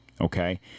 Okay